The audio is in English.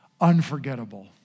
unforgettable